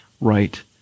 right